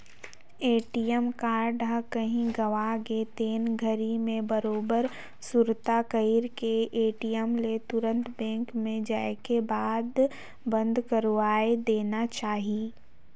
ATM card ह कहूँ गवा गे तेन घरी मे बरोबर सुरता कइर के ए.टी.एम ले तुंरत बेंक मे जायके बंद करवाये देना चाही